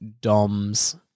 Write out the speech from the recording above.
doms